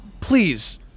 please